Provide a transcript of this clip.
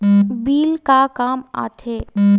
Bill का काम आ थे?